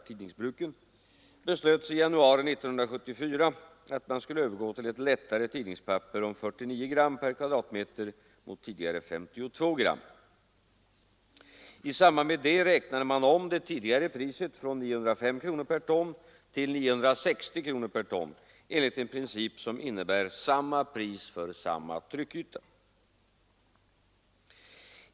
beslöts i januari 1974 att man skulle övergå till ett lättare tidningspapper om 49 gram per kvadratmeter mot tidigare 52 gram. I samband med detta räknade man om det tidigare priset från 905 kronor per ton till 960 kronor per ton enligt en princip som innebär samma pris för samma tryckyta.